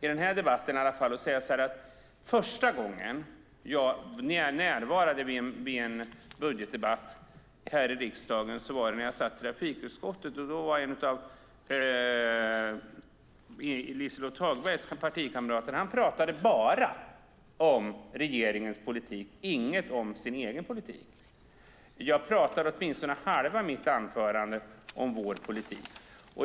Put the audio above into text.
denna replikomgång åt att säga att första gången jag närvarade vid en budgetdebatt här i riksdagen satt jag i trafikutskottet. Då talade en av Liselott Hagbergs partikamrater bara om regeringens politik och inget om sin egen politik. Jag ägnar åtminstone halva mitt anförande åt att tala om vår politik.